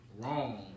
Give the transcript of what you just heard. wrong